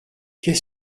qu’est